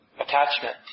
attachment